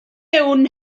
mewn